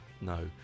no